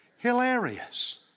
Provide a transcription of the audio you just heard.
hilarious